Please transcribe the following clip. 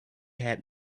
had